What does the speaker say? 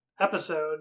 episode